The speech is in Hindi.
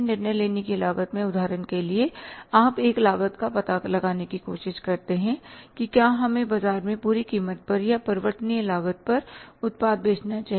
निर्णय लेने की लागत में उदाहरण के लिए आप एक लागत का पता लगाने की कोशिश करते हैं कि क्या हमें बाजार में पूरी कीमत पर या परिवर्तनीय लागत पर उत्पाद बेचना चाहिए